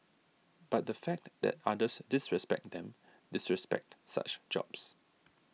but the fact that others disrespect them disrespect such jobs